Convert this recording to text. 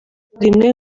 rimwe